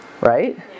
Right